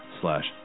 slash